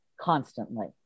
constantly